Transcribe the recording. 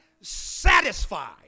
satisfied